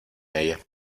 ella